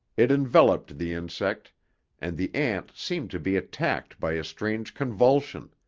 it enveloped the insect and the ant seemed to be attacked by a strange convulsion.